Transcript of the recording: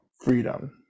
freedom